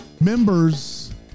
members